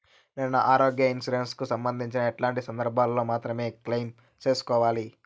నేను నా ఆరోగ్య ఇన్సూరెన్సు కు సంబంధించి ఎట్లాంటి సందర్భాల్లో మాత్రమే క్లెయిమ్ సేసుకోవాలి?